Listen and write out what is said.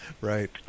right